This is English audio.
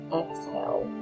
exhale